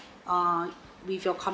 ah with your